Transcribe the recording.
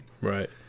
right